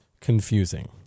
confusing